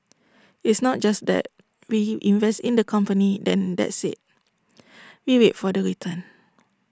it's not just that we invest in the company then that's IT we wait for the return